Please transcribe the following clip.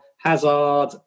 Hazard